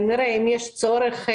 נראה אם יש צורך.